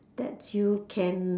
that you can